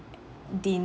din~